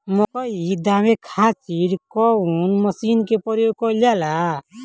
मकई दावे खातीर कउन मसीन के प्रयोग कईल जाला?